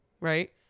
right